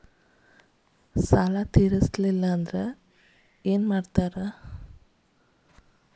ಸಾಲ ತೇರಿಸಲಿಲ್ಲ ಅಂದ್ರೆ ಏನು ಮಾಡ್ತಾರಾ?